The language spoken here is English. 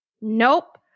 Nope